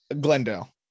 glendale